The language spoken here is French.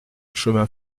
chemin